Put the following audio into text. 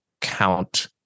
count